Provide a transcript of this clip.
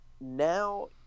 now